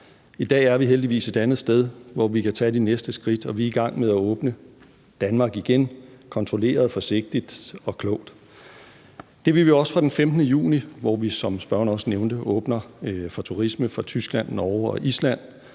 I dag er vi heldigvis et andet sted, hvor vi kan tage de næste skridt, og vi er i gang med at åbne Danmark igen, kontrolleret, forsigtigt og klogt. Det vil vi også fra den 15. juni, hvor vi, som spørgeren også nævnte, åbner for turisme fra Tyskland, Norge og Island,